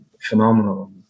phenomenal